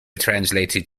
translated